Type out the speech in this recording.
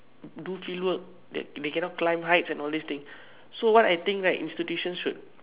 do field work that they cannot climb heights and all this thing so what I think right institution should